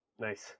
Nice